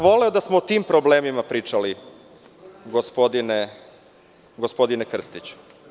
Voleo bih da smo o tim problemima pričali, gospodine Krstiću.